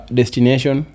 destination